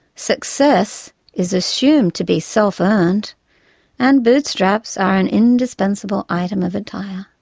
success is assumed to be self-earned and bootstraps are an indispensable item of attire.